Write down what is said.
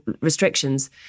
restrictions